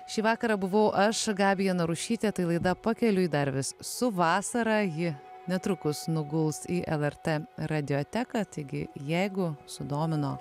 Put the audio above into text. šį vakarą buvau aš gabija narušytė tai laida pakeliui dar vis su vasara ji netrukus nuguls į lrt radioteką taigi jeigu sudomino